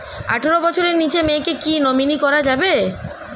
আঠারো বছরের নিচে মেয়েকে কী নমিনি করা যাবে?